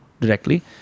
directly